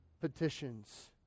petitions